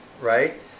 right